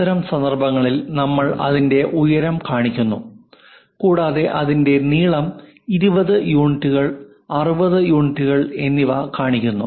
അത്തരം സന്ദർഭങ്ങളിൽ നമ്മൾ അതിന്റെ ഉയരം കാണിക്കുന്നു കൂടാതെ അതിന്റെ നീളം 20 യൂണിറ്റുകൾ 60 യൂണിറ്റുകൾ എന്നിവ കാണിക്കുന്നു